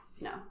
no